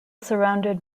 surrounded